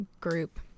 group